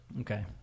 Okay